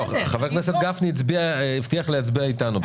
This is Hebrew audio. חבר הכנסת גפני הבטיח להצביע אתנו.